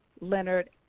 Leonard